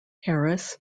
harris